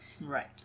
Right